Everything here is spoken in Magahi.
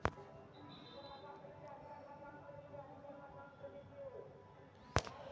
फल सभके जैम बनाबे में सेहो प्रयोग कएल जाइ छइ